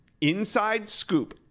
INSIDESCOOP